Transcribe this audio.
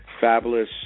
fabulous